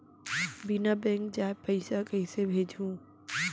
बिना बैंक जाये पइसा कइसे भेजहूँ?